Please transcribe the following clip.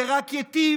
זה רק ייטיב,